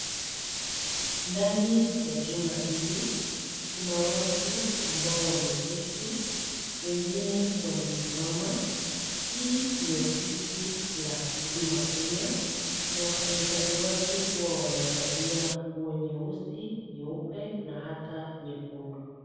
Ndani ya jumba hili kuna watu ambao wameketi wengine wamesimama. Hii ni ofisi la Huduma Kenya na wafanyikazi wake huwa wanavalia nguo nyeusi, nyeupe na hata nyekundu.